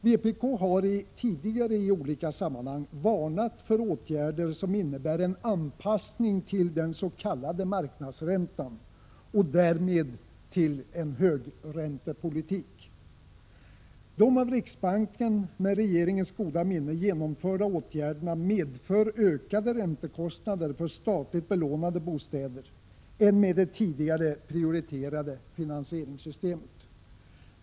Vpk har tidigare i olika sammanhang varnat för åtgärder som innebär en anpassning till den s.k. marknadsräntan och därmed till en högräntepolitik. De av riksbanken, med regeringens goda minne, genomförda åtgärderna medför ökade räntekostnader för statligt belånade bostäder i förhållande till det tidigare prioriterade finansieringssystemet.